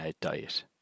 diet